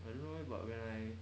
I don't know eh what when I